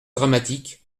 dramatique